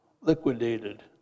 liquidated